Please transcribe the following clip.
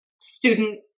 student